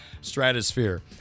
stratosphere